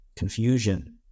confusion